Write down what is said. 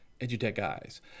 edutechguys